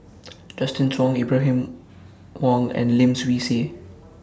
Justin Zhuang Ibrahim Awang and Lim Swee Say